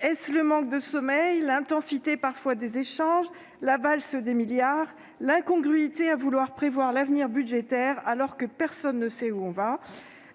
Est-ce le manque de sommeil, l'intensité parfois des échanges, la valse des milliards, l'incongruité à vouloir prévoir l'avenir budgétaire, alors que personne ne sait où nous allons ? Ou encore